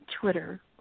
Twitter